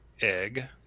egg